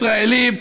כלפי ישראלים.